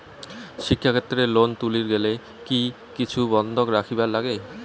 শিক্ষাক্ষেত্রে লোন তুলির গেলে কি কিছু বন্ধক রাখিবার লাগে?